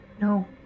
No